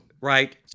Right